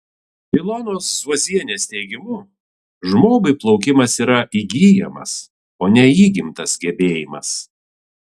ilonos zuozienės teigimu žmogui plaukimas yra įgyjamas o ne įgimtas gebėjimas